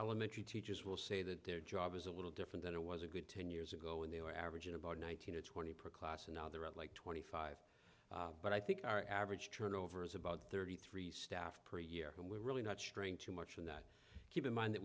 elementary teachers will say that their job is a little different than it was a good ten years ago when they were averaging about one hundred twenty per class and now they're at like twenty five but i think our average turnover is about thirty three staff per year and we're really not straying too much from that keep in mind that